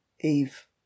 Eve